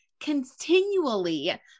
continually